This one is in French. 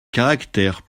caractère